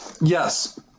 Yes